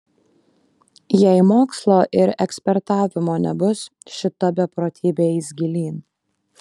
jei mokslo ir ekspertavimo nebus šita beprotybė eis gilyn